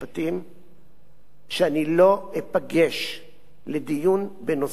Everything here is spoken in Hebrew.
שאני לא אפגש לדיון בנושאים התלויים ועומדים